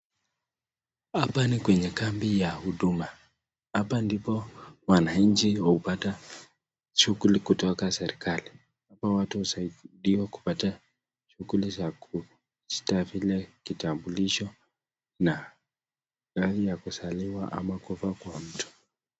Hapa ni kwenye kambi ya huduma, hapa ndipo wananchi upata shughuli kutoka serikali, hapa watu husaidiwa kupata shughuli za kama vile vitambulisho ya mahali ya kuzaliwa ama kufa kwa mtu.